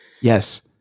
yes